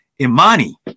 Imani